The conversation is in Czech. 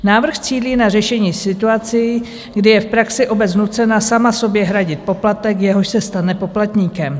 Návrh cílí na řešení situací, kdy je v praxi obec nucena sama sobě hradit poplatek, jehož se stane poplatníkem.